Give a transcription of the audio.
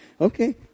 okay